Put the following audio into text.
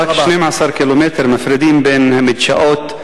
רק 12 קילומטר מפרידים בין המדשאות,